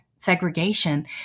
segregation